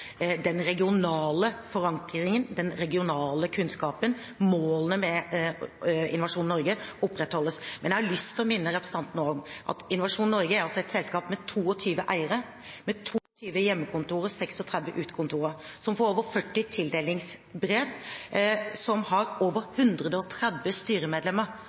Den regionale forankringen, den regionale kunnskapen og målene med Innovasjon Norge opprettholdes. Men jeg har lyst til å minne representanten om at Innovasjon Norge er altså et selskap med 22 eiere, med 22 hjemmekontorer og 36 utekontorer, som får over 40 tildelingsbrev, som har over 130 styremedlemmer